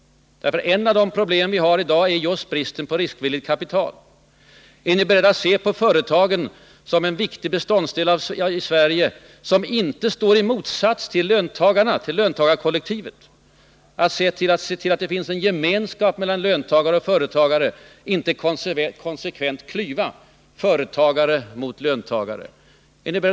Ett av de problem vi har i dag är just bristen på riskvilligt kapital. Är ni beredda att se på företagen som en viktig beståndsdel av Sverige som inte befinner sig i motsatsställning till löntagarkollektivet? Är ni beredda att se till att det finns en gemenskap mellan löntagare och företagare i stället för att konsekvent klyva landet och ställa företagare mot löntagare?